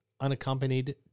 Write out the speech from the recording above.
unaccompanied